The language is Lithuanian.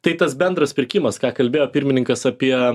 tai tas bendras pirkimas ką kalbėjo pirmininkas apie